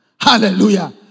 Hallelujah